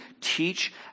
teach